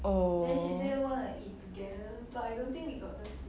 oh